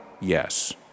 yes